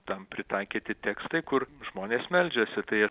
tam pritaikyti tekstai kur žmonės meldžiasi tai